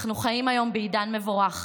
אנחנו חיים היום בעידן מבורך,